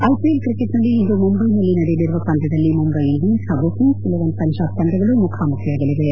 IPL cricket ನಲ್ಲಿ ಇಂದು ಮುಂಬೈನಲ್ಲಿ ನಡೆಯಲಿರುವ ಪಂದ್ಲದಲ್ಲಿ ಮುಂಬೈ ಇಂಡಿಯನ್ನ್ ಹಾಗೂ ಕಿಂಗ್ಲ್ ಇಲೆವನ್ ಪಂಜಾಬ್ ತಂಡಗಳು ಮುಖಾಮುಖಿಯಾಗಲಿವೆ